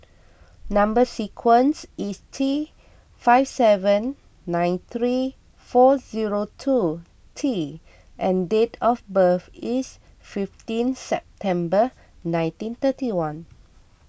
Number Sequence is T five seven nine three four zero two T and date of birth is fifteen September nineteen thirty one